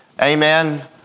Amen